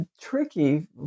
tricky